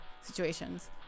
situations